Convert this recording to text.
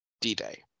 D-Day